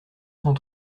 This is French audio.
cent